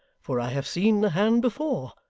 for i have seen the hand before.